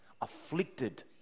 afflicted